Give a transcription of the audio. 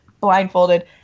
blindfolded